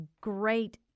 great